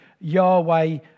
Yahweh